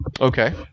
Okay